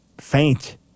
faint